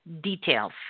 details